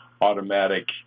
automatic